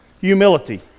Humility